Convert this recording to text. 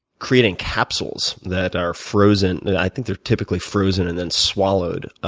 creating capsules that are frozen. and i think they're typically frozen and then swallowed.